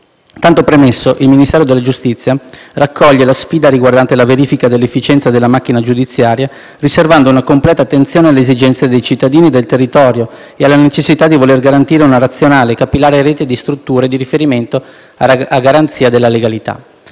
Tanto premesso, il Ministero della giustizia raccoglie la sfida riguardante la verifica dell'efficienza della macchina giudiziaria, riservando una completa attenzione alle esigenze dei cittadini, del territorio ed alla necessità di voler garantire una razionale e capillare rete di strutture di riferimento a garanzia della legalità.